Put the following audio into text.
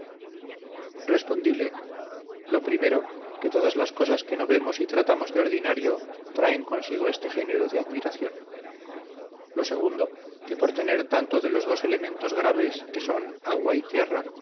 respondile lo primero que todas las cosas que no vemos y tratamos de ordinario traen consigo este género de admiración lo segundo que por tener tanto de los dos elementos graves que son agua y tierra